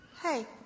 Hey